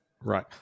Right